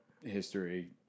history